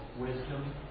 Wisdom